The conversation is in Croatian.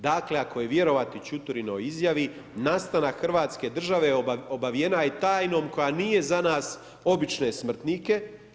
Dakle ako je vjerovati Čuturinoj izjavi nastanak Hrvatske države obavijena je tajnom koja nije za nas obične smrtnike.